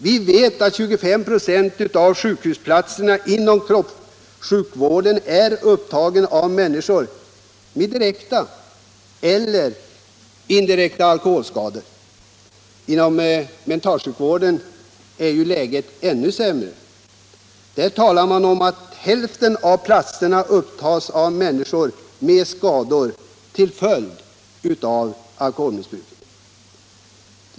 Vi vet att 25 926 av sjuk husplatserna inom kroppssjukvården upptas av människor med direkta och indirekta alkoholskador. Inom mentalsjukvården är läget ännu sämre. Där talar man om att hälften av platserna upptas av människor med skador till följd av alkoholmissbruk.